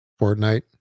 Fortnite